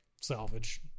salvage